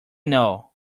know